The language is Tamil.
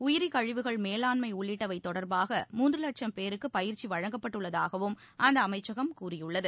உயிரி கழிவுகள் மேலாண்மை உள்ளிட்டவை தொடர்பாக மூன்று லட்சம் பேருக்கு பயிற்சி வழங்கப்பட்டுள்ளதாகவும் அந்த அமைச்சகம் கூறியுள்ளது